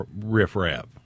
Riffraff